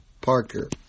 Parker